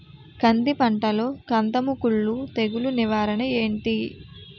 కంది పంటలో కందము కుల్లు తెగులు నివారణ ఏంటి?